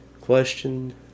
Question